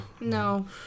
No